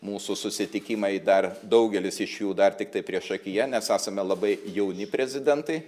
mūsų susitikimai dar daugelis iš jų dar tiktai priešakyje nes esame labai jauni prezidentai